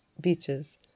beaches